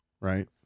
right